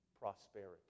prosperity